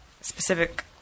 specific